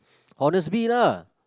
honestbee lah